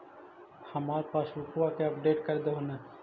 हमार पासबुकवा के अपडेट कर देहु ने?